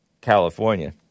California